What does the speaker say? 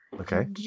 Okay